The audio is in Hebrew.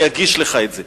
אני אגיש לך את זה.